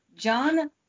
John